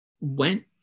went